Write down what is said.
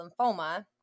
lymphoma